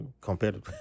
compared